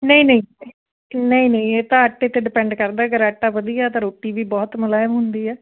ਨਹੀਂ ਨਹੀਂ ਨਹੀਂ ਨਹੀਂ ਇਹ ਤਾਂ ਆਟੇ 'ਤੇ ਡਿਪੈਂਡ ਕਰਦਾ ਅਗਰ ਆਟਾ ਵਧੀਆ ਤਾਂ ਰੋਟੀ ਵੀ ਬਹੁਤ ਮੁਲਾਇਮ ਹੁੰਦੀ ਹੈ